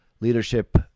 Leadership